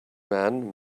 man